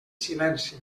silenci